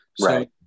Right